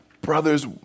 brother's